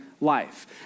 life